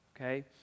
okay